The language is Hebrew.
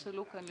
לדוגמה,